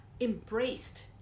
embraced